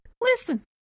Listen